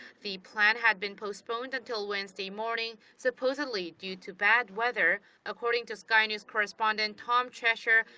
the plan had been postponed until wednesday morning, supposedly due to bad weather according to sky news correspondent tom cheshire,